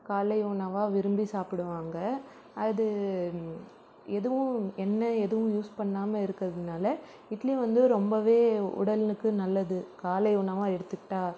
காலை உணவாக விரும்பி சாப்பிடுவாங்க அது எதுவும் எண்ணெய் எதுவும் யூஸ் பண்ணாமல் இருக்கிறதுனால இட்லியும் வந்து ரொம்பவே உடலுக்கு நல்லது காலை உணவாக எடுத்துக்கிட்டால்